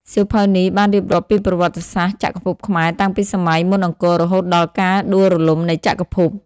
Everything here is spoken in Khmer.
សៀវភៅនេះបានរៀបរាប់ពីប្រវត្តិសាស្ត្រចក្រភពខ្មែរតាំងពីសម័យមុនអង្គររហូតដល់ការដួលរលំនៃចក្រភព។